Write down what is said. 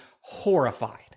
horrified